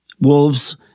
Wolves